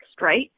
right